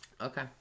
okay